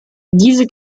diese